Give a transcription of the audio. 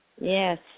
Yes